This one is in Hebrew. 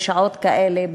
בשעות כאלה,